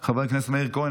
חבר הכנסת מאיר כהן,